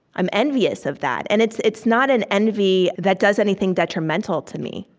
i'm envious of that. and it's it's not an envy that does anything detrimental to me.